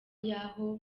y’aho